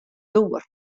doar